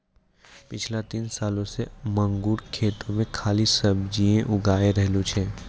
पिछला तीन सालों सॅ मंगरू खेतो मॅ खाली सब्जीए उगाय रहलो छै